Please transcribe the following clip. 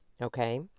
Okay